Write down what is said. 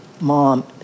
mom